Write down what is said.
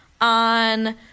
on